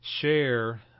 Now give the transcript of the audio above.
share